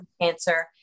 cancer